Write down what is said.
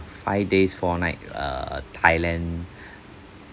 five days four night err thailand